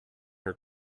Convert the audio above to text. her